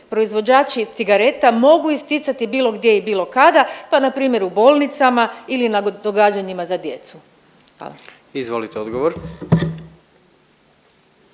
proizvođači cigareta mogu isticati bilo gdje i bilo kada, pa npr. u bolnicama ili na događanjima za djecu, hvala.